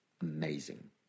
amazing